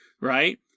right